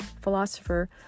philosopher